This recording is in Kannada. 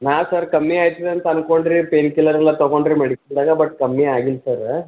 ನಾನು ಸರ್ ಕಮ್ಮಿ ಆಗ್ತದೆ ಅಂತ ಅಂದ್ಕೊಂಡ್ರೆ ಪೇಯ್ನ್ ಕಿಲ್ಲರೆಲ್ಲ ತೊಗೊಂಡ್ರೆ ಮೆಡಿಸಿನ್ದಾಗ ಬಟ್ ಕಮ್ಮಿ ಆಗಿಲ್ಲ ಸರ